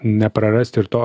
neprarasti ir to